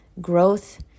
growth